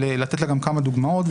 ולתת גם כמה דוגמאות,